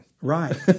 Right